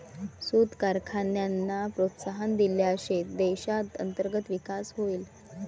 सूत कारखान्यांना प्रोत्साहन दिल्यास देशात अंतर्गत विकास होईल